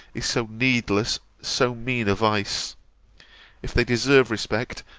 is so needless, so mean a vice if they deserve respect,